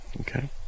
okay